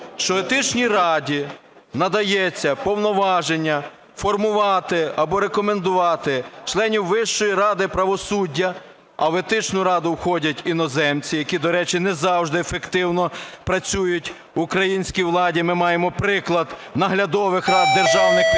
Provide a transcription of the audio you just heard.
що Етичній раді надається повноваження формувати або рекомендувати членів Вищої ради правосуддя. А в Етичну раду входять іноземці, які, до речі, не завжди ефективно працюють в українській владі. Ми маємо приклад наглядових рад державних підприємств,